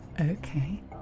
Okay